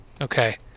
Okay